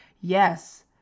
Yes